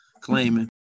claiming